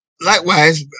likewise